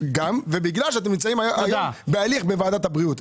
וגם ובגלל שאתם נמצאים בהליך בוועדת הבריאות.